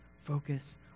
Focus